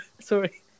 Sorry